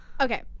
Okay